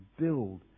build